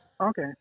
okay